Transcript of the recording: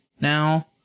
now